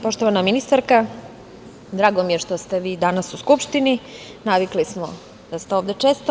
Poštovana ministarka, drago mi je što ste danas u Skupštini, navikli smo da ste ovde često.